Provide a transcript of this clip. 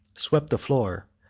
swept the floor,